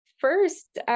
First